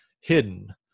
hidden